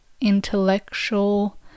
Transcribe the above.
intellectual